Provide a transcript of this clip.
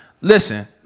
listen